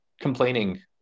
complaining